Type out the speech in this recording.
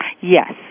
Yes